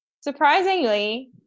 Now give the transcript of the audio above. surprisingly